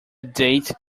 date